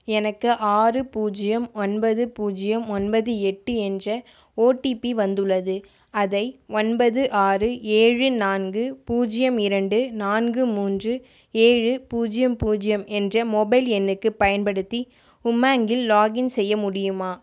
எனக்கு ஆறு பூஜ்ஜியம் ஒன்பது பூஜ்ஜியம் ஒன்பது எட்டு என்ற ஓடிபி வந்துள்ளது அதை ஒன்பது ஆறு ஏழு நான்கு பூஜ்ஜியம் இரண்டு நான்கு மூன்று ஏழு பூஜ்ஜியம் பூஜ்ஜியம் என்ற மொபைல் எண்ணுக்குப் பயன்படுத்தி உமாங்கில் லாக்கின் செய்ய முடியுமா